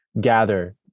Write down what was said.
gather